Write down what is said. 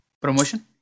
Promotion